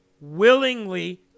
willingly